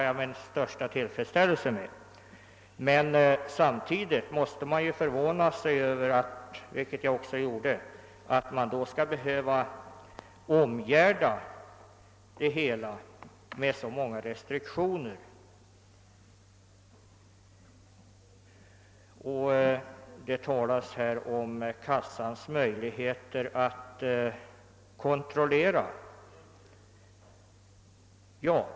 Jag uttryckte emellertid samtidigt min förvåning över att man ansåg sig behöva omgärda de nya bestämmelserna med så många restriktioner. Fru Håvik talade om kassans möjligheter att kontrollera uppgifterna.